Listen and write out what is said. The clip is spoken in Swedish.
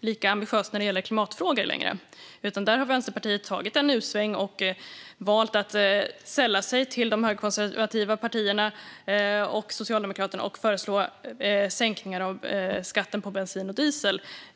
lika ambitiöst längre när det gäller klimatfrågor. Där har Vänsterpartiet gjort en U-sväng och valt att sälla sig till de högerkonservativa partierna och Socialdemokraterna genom att föreslå sänkningar av skatten på bensin och diesel.